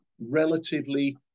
relatively